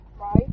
right